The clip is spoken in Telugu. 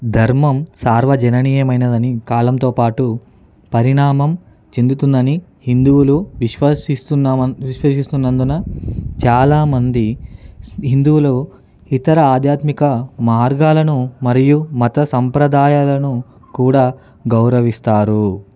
ధర్మం సార్వజననీయమైనదని కాలంతో పాటు పరిణామం చెందుతుందని హిందువులు విశ్వసిస్తున్న విశ్వసిస్తున్నందున చాలా మంది హిందువులు ఇతర ఆధ్యాత్మిక మార్గాలను మరియు మత సంప్రదాయాలను కూడా గౌరవిస్తారు